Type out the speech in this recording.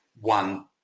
One